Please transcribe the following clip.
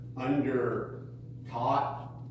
under-taught